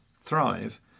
thrive